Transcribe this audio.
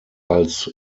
als